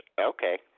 okay